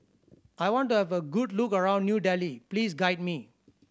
I want to have a good look around New Delhi please guide me